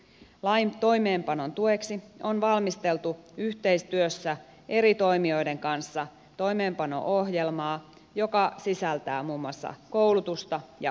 lain toimeenpanon tueksi on valmisteltu yhteistyössä eri toimijoiden kanssa toimeenpano ohjelmaa joka sisältää muun muassa koulutusta ja ohjeistusta